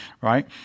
right